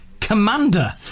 Commander